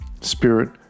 spirit